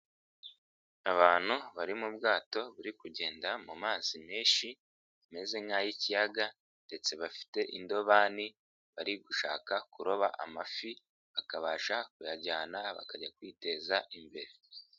Abantu bari mu bwato buri kugenda mu mazi menshi, ameze nk'ay'ikiyaga ndetse bafite indobani, bari gushaka kuroba amafi, bakabasha kuyajyana, bakajya kwiteza imbere.